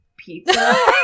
Pizza